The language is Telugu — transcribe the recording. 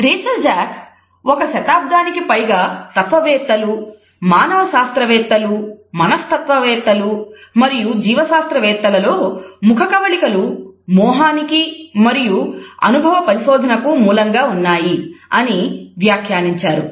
రేచల్ జాక్ "ఒక శతాబ్దానికి పైగా తత్వవేత్తలు మానవ శాస్త్రవేత్తలు మనస్తత్వవేత్తలు మరియు జీవశాస్త్రవేత్తలలో ముఖ కవళికలు మోహానికి మరియు అనుభవ పరిశోధనకు మూలంగా ఉన్నాయి" అని వ్యాఖ్యానించారు